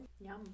Yum